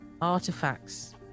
artifacts